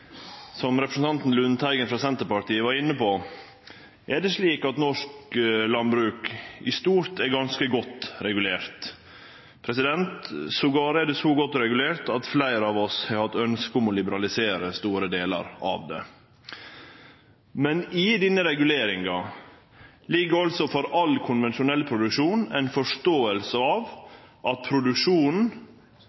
Som representanten Lundteigen frå Senterpartiet var inne på, er det slik at norsk landbruk i stort er ganske godt regulert. Det er til og med så godt regulert at fleire av oss har hatt ønske om å liberalisere store delar av det. Men i denne reguleringa ligg altså for all konvensjonell produksjon ei forståing av